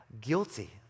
guilty